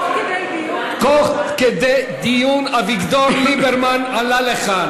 תוך כדיו דיון אביגדור ליברמן עלה לכאן